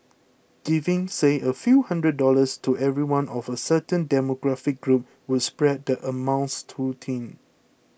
giving say a few hundred dollars to everyone of a certain demographic group would spread the amounts too thin